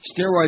Steroids